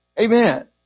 Amen